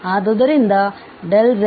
ಆದ್ದರಿಂದz→0